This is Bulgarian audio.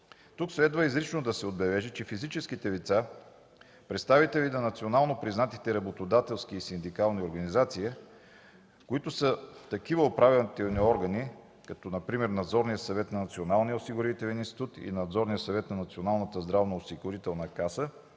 Тук следва изрично да се отбележи, че физическите лица, представители на национално признатите работодателски и синдикални организации, които са в такива управителни органи, като например в Надзорния съвет на Националния осигурителен институт и Надзорния съвет на Националната здравноосигурителна каса,